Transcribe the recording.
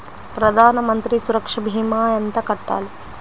ప్రధాన మంత్రి సురక్ష భీమా ఎంత కట్టాలి?